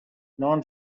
known